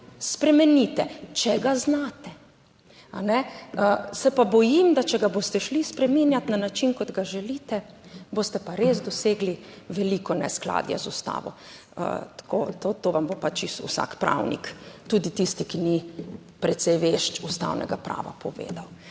spremenite, če ga znate. Se pa bojim, da če ga boste šli spreminjati na način, kot ga želite, boste pa res dosegli veliko neskladje z Ustavo. Tako, to vam bo pa čisto vsak pravnik, tudi tisti, ki ni precej vešč ustavnega prava, povedal.